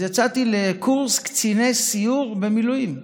אז יצאתי לקורס קציני סיור במילואים.